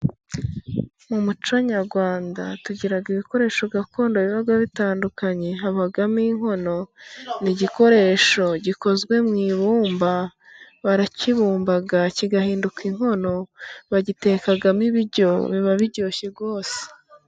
Mu muco nyarwanda tugira ibikoresho gakondo biba bitandukanye, habamo inkono; ni igikoresho gikozwe mu ibumba barakibumba, kigahinduka inkono, bagitekamo ibiryo, biba biryoshye rwose.